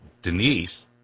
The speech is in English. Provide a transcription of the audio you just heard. Denise